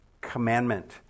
commandment